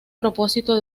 propósitos